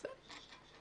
בסדר.